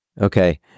Okay